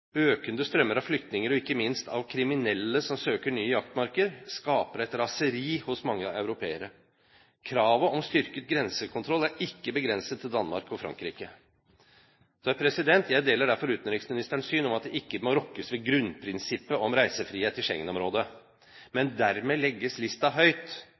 Økende strømmer av flyktninger, ikke minst av kriminelle som søker nye jaktmarker, skaper et raseri hos mange europeere. Kravet om styrket grensekontroll er ikke begrenset til Danmark og Frankrike. Jeg deler derfor utenriksministerens syn om at det ikke må rokkes ved grunnprinsippet om reisefrihet i Schengen-området. Men dermed legges lista høyt.